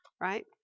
right